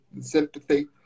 sympathy